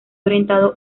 orientado